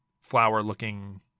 flower-looking